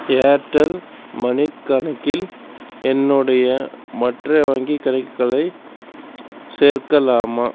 Airtel money கணக்கில் என்னுடைய மற்ற வங்கி கணக்குகளை சேர்க்கலாமா